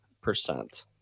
percent